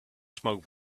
smoke